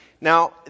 Now